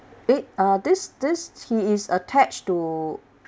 it uh this this he is attached to